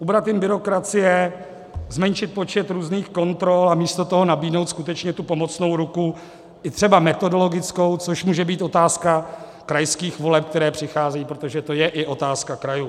Ubrat jim byrokracie, zmenšit počet různých kontrol a místo toho nabídnout skutečně pomocnou ruku i třeba metodologickou, což může být otázka krajských voleb, které přicházejí, protože to je i otázka krajů.